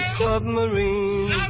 submarine